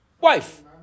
wife